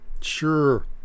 Sure